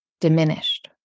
diminished